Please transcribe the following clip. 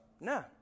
No